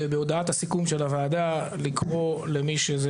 בהודעת הסיכום של הוועדה לקרוא למי שזה